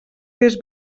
fes